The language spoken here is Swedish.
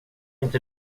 inte